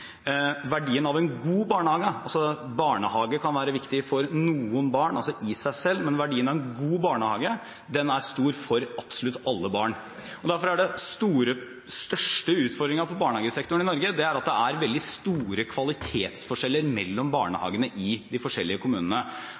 verdien av en god barnehage er stor for absolutt alle barn. Derfor er den største utfordringen for barnehagesektoren i Norge at det er veldig store kvalitetsforskjeller mellom barnehagene i de forskjellige